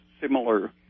similar